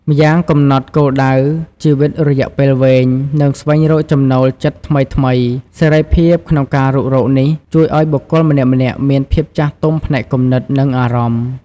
ម្យ៉ាងកំណត់គោលដៅជីវិតរយៈពេលវែង និងស្វែងរកចំណូលចិត្តថ្មីៗ។ សេរីភាពក្នុងការរុករកនេះ ជួយឱ្យបុគ្គលម្នាក់ៗមានភាពចាស់ទុំផ្នែកគំនិត និងអារម្មណ៍។